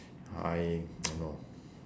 I I know